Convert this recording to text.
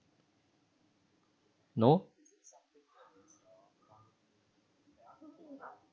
no